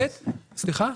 סליחה.